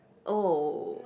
oh